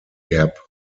gap